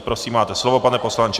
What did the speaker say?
Prosím, máte slovo, pane poslanče.